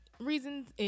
reasons